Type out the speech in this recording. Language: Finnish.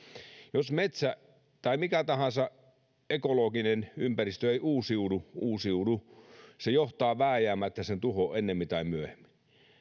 jos metsä tai mikä tahansa ekologinen ympäristö ei uusiudu uusiudu se johtaa vääjäämättä sen tuhoon ennemmin tai myöhemmin